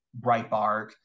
Breitbart